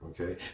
okay